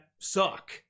suck